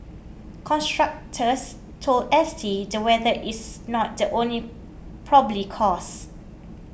contractors told S T the weather is not the only probably cause